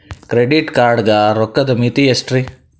Credit card ಗ ರೋಕ್ಕದ್ ಮಿತಿ ಎಷ್ಟ್ರಿ?